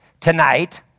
tonight